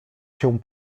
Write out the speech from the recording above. się